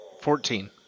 fourteen